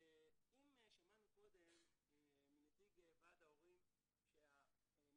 אם שמענו קודם מנציג ועד ההורים שהמחיר